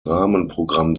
rahmenprogramm